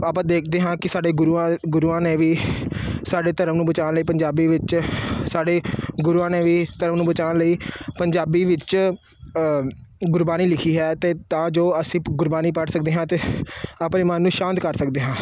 ਆਪਾਂ ਦੇਖਦੇ ਹਾਂ ਕਿ ਸਾਡੇ ਗੁਰੂਆਂ ਗੁਰੂਆਂ ਨੇ ਵੀ ਸਾਡੇ ਧਰਮ ਨੂੰ ਬਚਾਉਣ ਲਈ ਪੰਜਾਬੀ ਵਿੱਚ ਸਾਡੇ ਗੁਰੂਆਂ ਨੇ ਵੀ ਧਰਮ ਨੂੰ ਬਚਾਉਣ ਲਈ ਪੰਜਾਬੀ ਵਿੱਚ ਗੁਰਬਾਣੀ ਲਿਖੀ ਹੈ ਅਤੇ ਤਾਂ ਜੋ ਅਸੀਂ ਗੁਰਬਾਣੀ ਪੜ੍ਹ ਸਕਦੇ ਹਾਂ ਅਤੇ ਆਪਣੇ ਮਨ ਨੂੰ ਸ਼ਾਂਤ ਕਰ ਸਕਦੇ ਹਾਂ